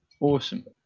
awesome